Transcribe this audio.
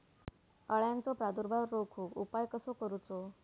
अळ्यांचो प्रादुर्भाव रोखुक उपाय कसो करूचो?